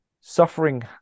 suffering